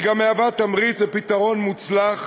היא גם מהווה תמריץ ופתרון מוצלח